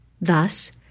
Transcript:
Thus